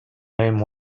name